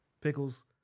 pickles